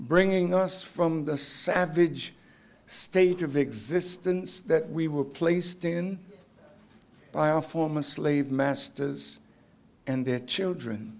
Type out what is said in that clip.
bringing us from the savage state of existence that we were placed in by our former slave masters and their children